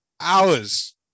hours